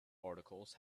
articles